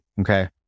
Okay